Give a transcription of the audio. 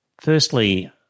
firstly